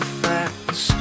facts